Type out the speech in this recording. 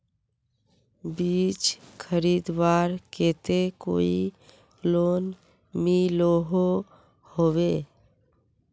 बीज खरीदवार केते कोई लोन मिलोहो होबे?